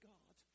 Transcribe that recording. God